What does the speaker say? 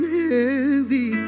heavy